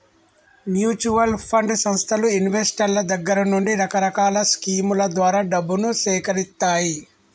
mutual fund సంస్థలు ఇన్వెస్టర్ల దగ్గర నుండి రకరకాల స్కీముల ద్వారా డబ్బును సేకరిత్తాయి